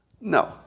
No